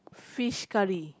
fish curry